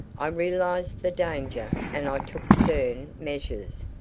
i realized the danger, and i took stern measures.